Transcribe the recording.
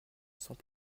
sans